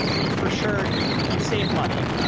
you for sure you save money,